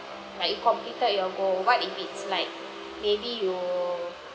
like you completed your goal what if it's like maybe you